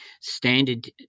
standard